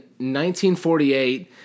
1948